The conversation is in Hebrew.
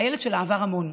הילד שלה עבר המון,